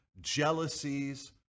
jealousies